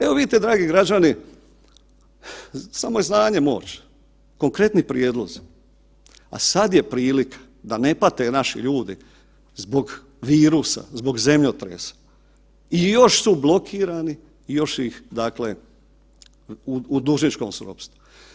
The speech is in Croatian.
Evo vidite dragi građani samo je znanje moć, konkretni prijedlozi, a sada je prilika da ne pate naši ljudi zbog virusa, zbog zemljotresa i još su blokirani i još su u dužničkom ropstvu.